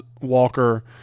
Walker